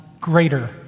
greater